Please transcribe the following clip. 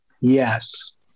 Yes